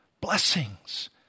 Blessings